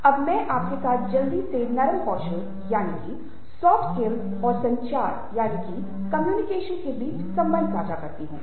अब मैं आपके साथ जल्दी से नरम कौशलसॉफ्ट Soft Skills और संचार कम्युनिकेशन Communication के बीच का संबंध साझा करता हूं